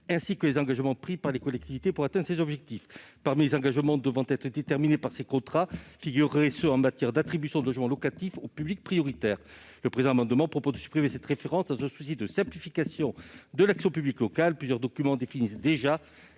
ainsi que les engagements pris par les collectivités pour atteindre ces objectifs. Parmi les engagements devant être déterminés par ces contrats figureraient ceux en matière d'attribution de logements locatifs aux publics prioritaires. Le présent amendement vise à supprimer cette référence dans un souci de simplification de l'action publique locale. Plusieurs documents définissent déjà